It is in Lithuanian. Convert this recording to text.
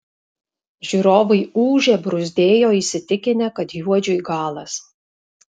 žiūrovai ūžė bruzdėjo įsitikinę kad juodžiui galas